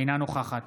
אינה נוכחת